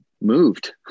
moved